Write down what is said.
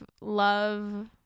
love